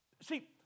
see